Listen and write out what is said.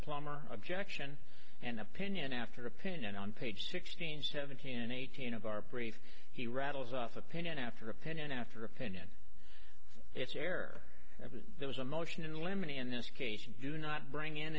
plumber objection an opinion after opinion on page sixteen seventeen and eighteen of our brief he rattles off opinion after opinion after opinion it's error and there was a motion in limine in this case do not bring in